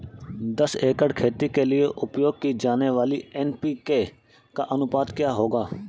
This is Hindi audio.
दस एकड़ खेती के लिए उपयोग की जाने वाली एन.पी.के का अनुपात क्या होगा?